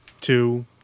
two